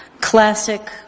classic